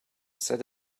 set